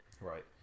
Right